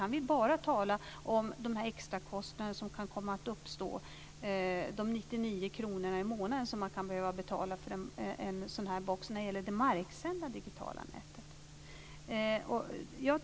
Han vill bara tala om de extrakostnader som kan uppstå, de 99 kronor per månad som man kan behöva betala för en sådan här box, när det gäller det digitala marknätet.